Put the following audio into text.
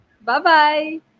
Bye-bye